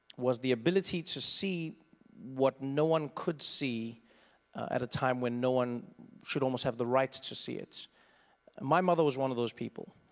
was the ability to see what no one could see at a time when no one should almost have the right to see it and my mother was one of those people.